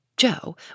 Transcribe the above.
Joe